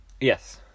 Yes